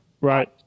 Right